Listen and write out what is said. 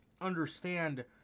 understand